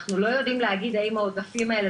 אנחנו לא יודעים להגיד האם העודפים האלה